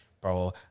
Bro